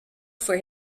for